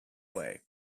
way